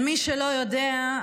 מי שלא יודע,